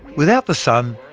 without the sun,